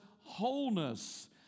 wholeness